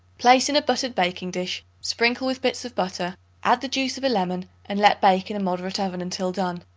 place in a buttered baking-dish sprinkle with bits of butter add the juice of a lemon, and let bake in a moderate oven until done.